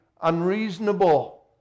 unreasonable